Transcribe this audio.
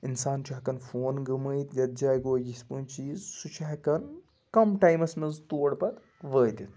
اِنسان چھُ ہٮ۪کان فون گٔمٲیِتھ یَتھ جایہِ گوٚو یِتھ پٲنۍ چیٖز سُہ چھُ ہٮ۪کان کَم ٹایمَس منٛز تور پَتہٕ وٲتِتھ